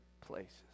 places